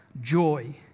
joy